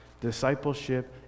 Discipleship